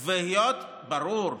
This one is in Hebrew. ברור.